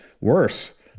worse